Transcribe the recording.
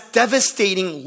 devastating